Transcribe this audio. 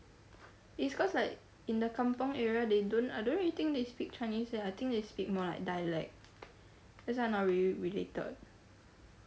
it's cause like in the kampong area they don't I don't really think they speak chinese eh I think they speak more like dialect that's why I not really related